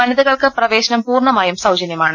വനിതകൾക്ക് പ്രവേശനം പൂർണമായും സൌജന്യമാണ്